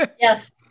Yes